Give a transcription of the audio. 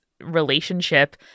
relationship